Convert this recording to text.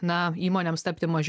na įmonėms tapti mažiau